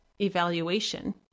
evaluation